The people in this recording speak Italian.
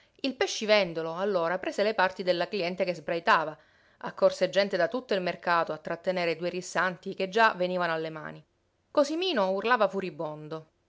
il pescivendolo allora prese le parti della cliente che sbraitava accorse gente da tutto il mercato a trattenere i due rissanti che già venivano alle mani cosimino urlava furibondo